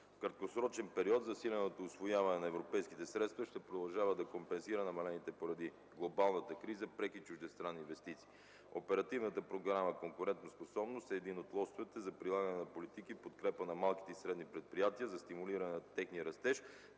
В краткосрочен период засиленото усвояване на европейските средства ще продължава да компенсира намалените поради глобалната криза преки чуждестранни инвестиции. Оперативната програма „Конкурентоспособност” е един от лостовете за прилагане на политиките в подкрепа на малките и средни предприятия за стимулиране на техния растеж